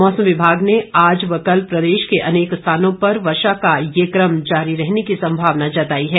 मौसम विभाग ने आज व कल प्रदेश के अनेक स्थानों पर वर्षा का ये क्रम जारी रहने की संभावना जताई है